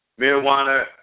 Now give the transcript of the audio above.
Marijuana